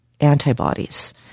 antibodies